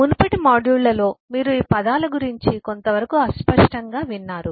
మునుపటి మాడ్యూళ్ళలో మీరు ఈ పదాల గురించి కొంతవరకు అస్పష్టంగా విన్నారు